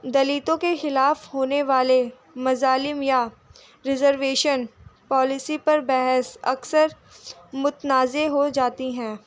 دلتوں کے خلاف ہونے والے مظالم یا ریزرویشن پالیسی پر بحث اکثر متنازع ہو جاتی ہیں